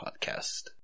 podcast